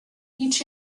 each